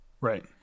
Right